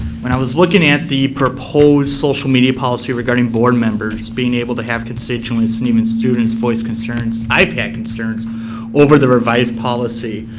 when i was looking at the proposed social media policy regarding board members being able to have constituents and even students voice concerns, i've had concerns over the revised policy.